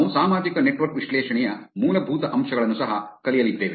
ನಾವು ಸಾಮಾಜಿಕ ನೆಟ್ವರ್ಕ್ ವಿಶ್ಲೇಷಣೆಯ ಮೂಲಭೂತ ಅಂಶಗಳನ್ನು ಸಹ ಕಲಿಯಲಿದ್ದೇವೆ